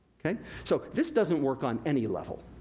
so, this doesn't work on any level.